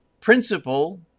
principle